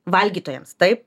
valgytojams taip